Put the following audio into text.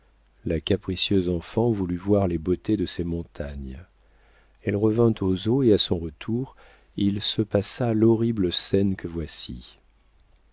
la capricieuse enfant voulut voir les beautés de ces montagnes elle revint aux eaux et à son retour il se passa l'horrible scène que voici